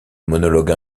monologue